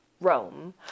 Rome